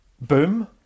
Boom